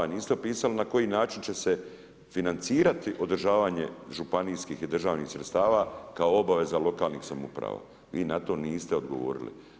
Niste opisali na koji način će se financirati održavanje županijskih i državnih sredstava kao obaveza lokalnih samouprava, vi na to niste odgovorili.